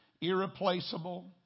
irreplaceable